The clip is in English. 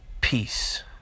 peace